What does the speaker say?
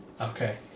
Okay